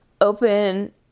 open